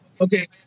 Okay